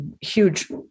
huge